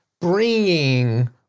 bringing